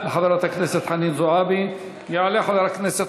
(חבר הכנסת